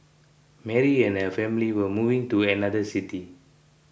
Mary and her family were moving to another city